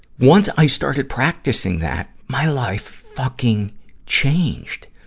once i started practicing that, my life fucking changed.